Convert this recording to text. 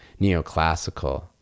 neoclassical